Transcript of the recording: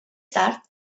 tard